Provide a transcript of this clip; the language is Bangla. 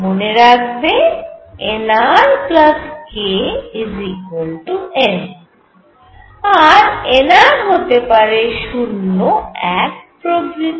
মনে রাখবে nr k n আর nr হতে পারে 0 1প্রভৃতি